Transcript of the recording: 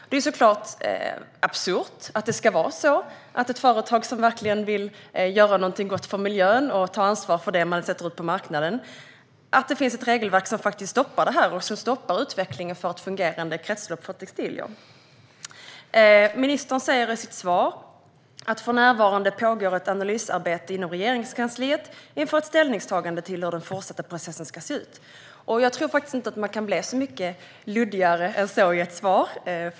Det är såklart absurt att det finns ett regelverk som stoppar företag som verkligen vill göra något gott för miljön och ta ansvar för det man släpper ut på marknaden och som stoppar utvecklingen av ett fungerade kretslopp för textilier. Ministern säger i sitt svar: "För närvarande pågår ett analysarbete inom Regeringskansliet inför ett ställningstagande till hur den fortsatta processen ska se ut." Jag tror faktiskt inte att man kan bli mycket luddigare än så i ett svar.